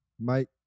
Mike